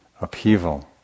upheaval